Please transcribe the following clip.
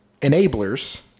Enablers